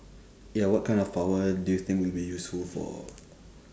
ya what kind of power do you think will be useful for